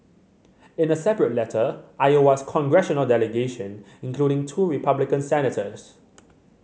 in a separate letter Iowa's congressional delegation including two Republican senators